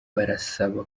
barasaba